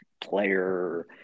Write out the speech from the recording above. player